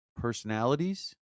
personalities